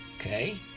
okay